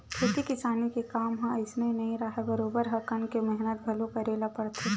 खेती किसानी के काम ह अइसने नइ राहय बरोबर हकन के मेहनत घलो करे बर परथे